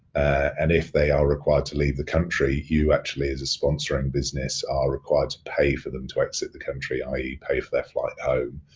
and if they are required to leave the country, you actually as the sponsoring business are required to pay for them to exit the country, i e, pay for that flight home.